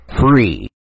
free